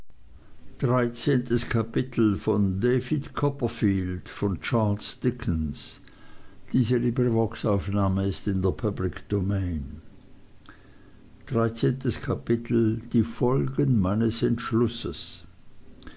dreizehntes kapitel die folgen meines entschlusses